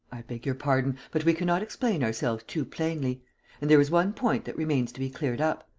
i beg your pardon, but we cannot explain ourselves too plainly and there is one point that remains to be cleared up.